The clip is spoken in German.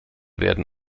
werden